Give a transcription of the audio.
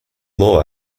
law